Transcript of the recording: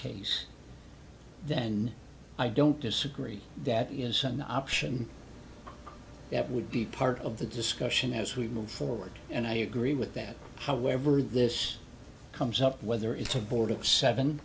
case then i don't disagree that is an option that would be part of the discussion as we move forward and i agree with that however this comes up whether it's a board of seven